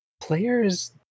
players